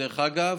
דרך אגב,